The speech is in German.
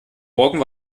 morgen